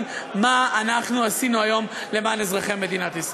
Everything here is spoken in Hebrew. מה אנחנו עשינו היום למען אזרחי מדינת ישראל.